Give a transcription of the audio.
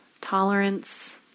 tolerance